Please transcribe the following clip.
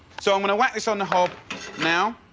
so i'm gonna whack this on the hob now.